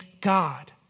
God